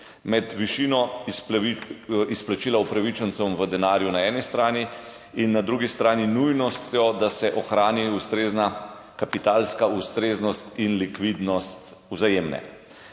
med višino izplačila upravičencem v denarju na eni strani in na drugi strani nujnostjo, da se ohrani ustrezna kapitalska ustreznost in likvidnost Vzajemne.